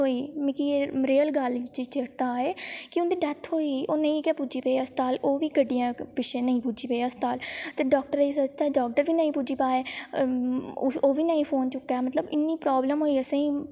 मिगी एह् रेयर गल्ल चेत्ता ऐ कि उं'दी डैथ होई गेई ओह् नेईं गै पुज्जी पाए अस्पताल ओह् बी गड्डियें पिच्छें नेईं पुज्जी पाए ते डाक्टरै गी सद्देआ डाक्टर बी नेईं पुज्जी पाए ओह् बी निं फोन चुक्कै मतलब इन्नी प्राब्लम होई असेंगी